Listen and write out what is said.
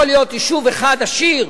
יכול להיות יישוב אחד עשיר,